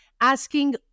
asking